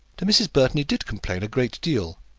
to mrs. burton he did complain a great deal,